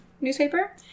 newspaper